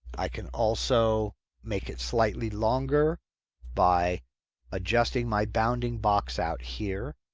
i can also make it slightly longer by adjusting my bounding box out here.